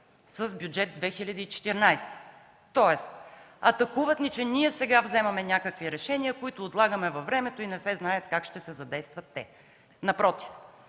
с Бюджет 2014. Тоест атакуват ни, че ние сега взимаме някакви решения, които отлагаме във времето и не се знае как ще се задействат те. Напротив,